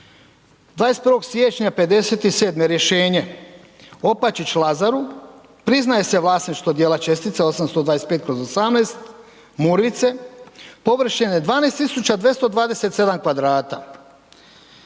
21. siječnja '57. rješenje Opačić Lazaru priznaje se vlasništvo dijela čestica 825/18 Murvice, površine 12 tisuća 227 kvadrata.